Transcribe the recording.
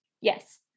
Yes